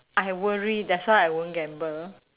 I worry that's why I won't gamble